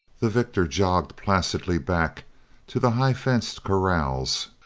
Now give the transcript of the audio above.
the victor jogged placidly back to the high-fenced corrals,